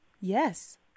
Yes